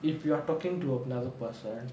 if you are talking to another person